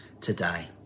today